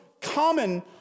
common